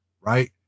right